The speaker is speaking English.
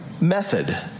method